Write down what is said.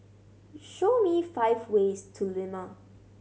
show me five ways to Lima